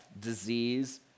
disease